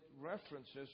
references